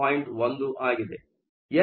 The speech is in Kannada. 1 ಆಗಿದೆ